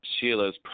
Sheila's